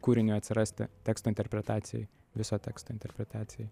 kūriniui atsirasti teksto interpretacijai viso teksto interpretacijai